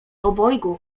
obojgu